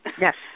Yes